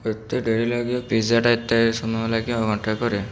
ଏତେ ଡେରି ଲାଗିବ ପିଜ୍ଜାଟା ଏତେ ସମୟ ଲାଗିବ ଘଣ୍ଟାଏ ପରେ